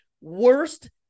worst